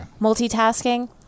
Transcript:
multitasking